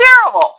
terrible